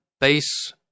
base